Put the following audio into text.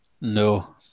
No